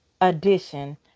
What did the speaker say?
edition